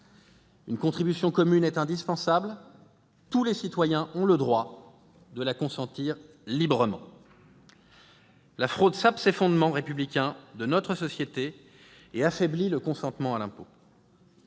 une contribution commune est indispensable » et « tous les citoyens ont le droit [...] de la consentir librement ». La fraude sape ces fondements républicains de notre société et affaiblit le consentement à l'impôt.